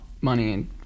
money